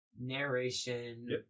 narration